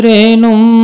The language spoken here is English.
Renum